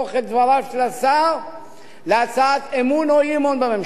דבריו של השר להצעת אמון או אי-אמון בממשלה.